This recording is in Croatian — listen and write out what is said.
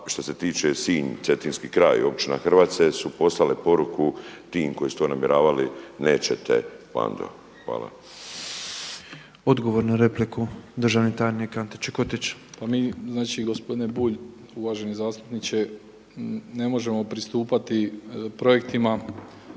što se tiče Sinj, cetinski kraj Općina Hrvace su poslale poruku tim koji su to namjeravali nećete bando. Hvala. **Petrov, Božo (MOST)** Odgovor na repliku državni tajnik Ante Čikotić. **Čikotić, Ante** … gospodine Bulju, uvaženi zastupniče ne možemo pristupati projektima